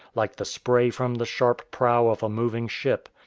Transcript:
like the spray from the sharp prow of a moving ship.